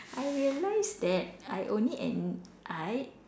I realise that I only en~ I